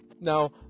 now